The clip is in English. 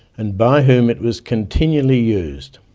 and by whom it was continually used.